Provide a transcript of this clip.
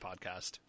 podcast